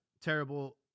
Terrible